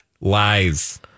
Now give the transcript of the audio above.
lies